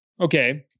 okay